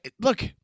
look